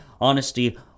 honesty